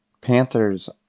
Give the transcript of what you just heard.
Panthers